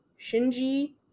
Shinji